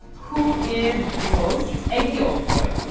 who is the most aegyo boy?